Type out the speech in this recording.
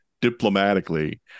diplomatically